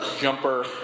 jumper